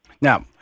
Now